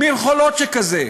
מין חולות שכזה,